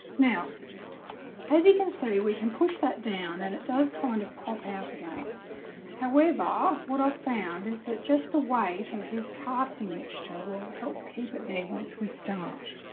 now as you can see we can push that down and it does kind of pop out again however what i found is that just the weight of this casting mixture will help keep it there once we start.